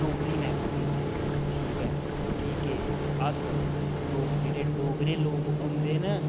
Dogri magazine ऐ ठीक ऐ कि के अस लोक जेह्ड़े डोगरे लोक होंदे न